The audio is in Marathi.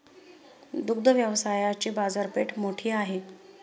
दुग्ध व्यवसायाची बाजारपेठ मोठी आहे